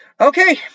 Okay